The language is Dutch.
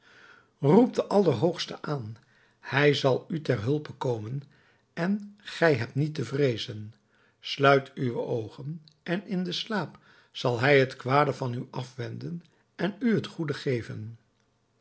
roep den allerhoogste aan hij zal u ter hulpe komen en gij hebt niet te vreezen sluit uwe oogen en in den slaap zal hij het kwade van u afwenden en u het goede geven